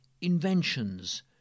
inventions